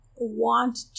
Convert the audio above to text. Want